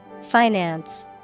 Finance